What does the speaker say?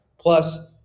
Plus